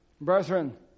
brethren